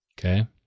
Okay